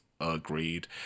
agreed